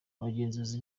abagenzuzi